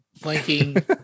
blinking